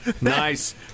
Nice